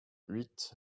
huit